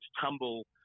tumble